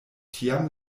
tiam